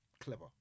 clever